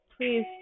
please